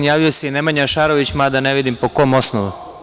Javio se i Nemanja Šarović, mada ne vidim po kom osnovu.